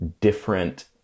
different